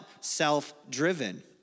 self-driven